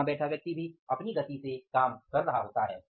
तो वहां बैठा व्यक्ति भी अपनी गति से काम कर रहा है